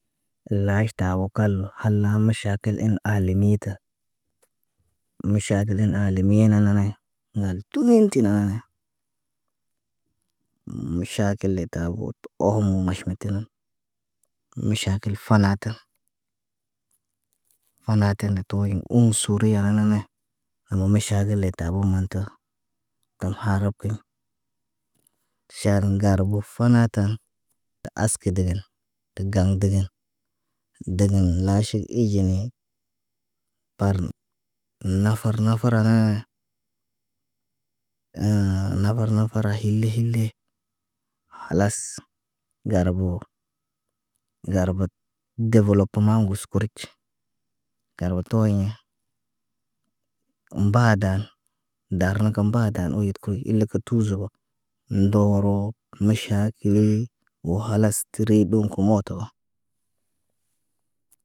Lĩʃta wo kalba hal- la maʃaakil tel in aalamiita miʃaakilin ayna miinan nane, ŋgal tuuyin tə naane. Miʃaakil d tabo ohom mumaʃ kə tə nəm. Miʃaakil fanatən, hana tən na tooyin uŋg suuriya hanane. Amə maʃaakil de tabo mantə. Tən harikiɲ ʃaan ŋgarbo fanata tə askə dəgən tə gaŋg dəgən. Deleŋg laaʃi iɟini parn nafar nafar nanee. nafar nafar hile hile khalas, ŋgarboo. Ŋgar bt developomã guskuric. Ŋgarbo tuwoɲẽ. Umbaada darna ka mbaada uyit kə il- le kə tuuzaguwa. Ndooro maʃaakil wo khalas təri ɓokum mootowa.